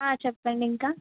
చెప్పండి ఇంకా